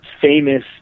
famous